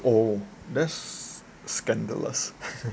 oh that's scandalous